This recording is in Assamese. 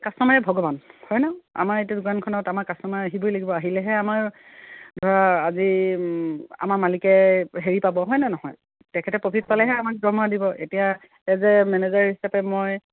কাষ্টমাৰে ভগৱান হয় নহ্ আমাৰ এতিয়া দোকানখনত আমাৰ কাষ্টমাৰ আহিবই লাগিব আহিলেহে আমাৰ ধৰা আজি আমাৰ মালিকে হেৰি পাব হয়নে নহয় তেখেতে প্ৰফিট পালেহে আমাক দৰমহা দিব এতিয়া এজ এ মেনেজাৰ হিচাপে মই